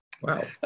Wow